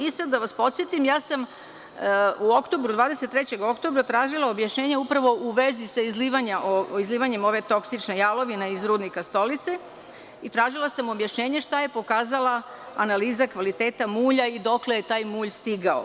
I, sada da vas podsetim, u 23. oktobra tražila objašnjenje upravo u vezi sa izlivanjem ove toksične Jalovine iz rudnika Stolice i tražila samo objašnjenje šta je pokazala analiza kvaliteta mulja i dokle je taj mulj stigao.